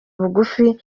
bugufi